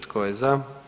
Tko je za?